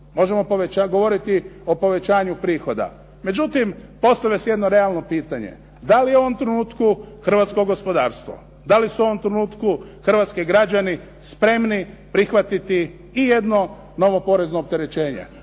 možemo govoriti o povećanju prihoda. Međutim, postavlja se jedno realno pitanje, da li u ovom trenutku hrvatsko gospodarstvo, da li su u ovom trenutku hrvatski građani spremni prihvatiti i jedno novo porezno opterećenje.